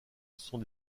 sont